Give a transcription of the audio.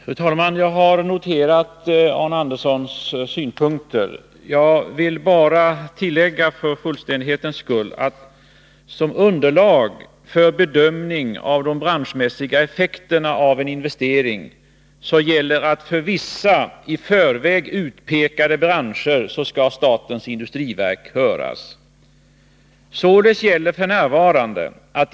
Fru talman! Jag har noterat Arne Anderssons i Gamleby synpunkter. Jag vill bara för fullständighetens skull tillägga följande. Som underlag för bedömning av de branschmässiga effekterna av en investering skall för vissa i förväg utpekade branscher statens industriverk höras.